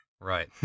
Right